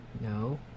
No